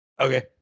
Okay